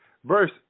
Verse